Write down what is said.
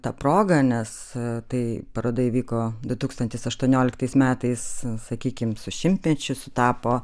ta proga nes tai paroda įvyko du tūkstantis aštuonioliktais metais sakykim su šimtmečiu sutapo